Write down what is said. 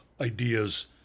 ideas